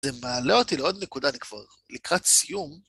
זה מעלה אותי לעוד נקודה, אני כבר לקראת סיום.